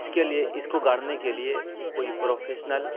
اس کے لیے اس کو گاڑنے کے لیے کوئی پروفیشنل